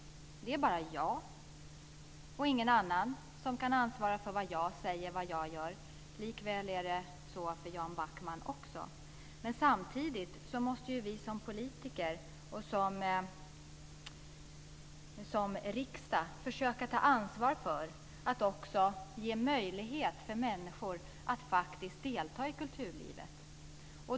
Det är bara jag och ingen annan som kan ansvara för vad jag säger och gör, och så är det också för Lennart Samtidigt måste vi som politiker och som riksdag försöka ta ansvar för att ge människor möjligheter att delta i kulturlivet.